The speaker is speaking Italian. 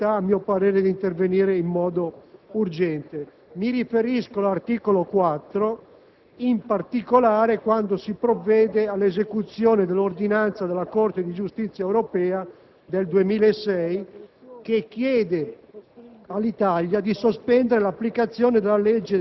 rilevanti, sulle quali a mio parere c'è necessità di intervenire in modo urgente. Mi riferisco all'articolo 4, in particolare laddove si provvede all'esecuzione di una ordinanza della Corte di giustizia europea del 2006, che chiede